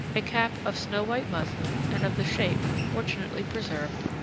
a cap of snow-white muslin and of the shape, fortunately preserved,